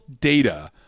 data